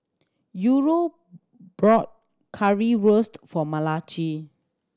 Eura brought Currywurst for Malachi